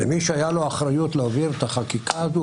מי שהייתה לו אחריות להעביר את החקיקה הזאת,